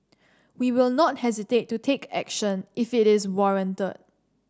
we will not hesitate to take action if it is warranted